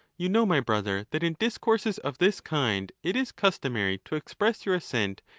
you know, my brother, that in dis courses of this kind, it is customary to express your assent,